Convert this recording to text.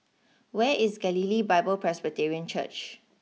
where is Galilee Bible Presbyterian Church